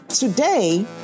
Today